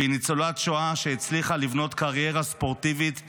היא ניצולת שואה שהצליחה לבנות קריירה ספורטיבית מרשימה,